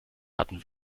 hatten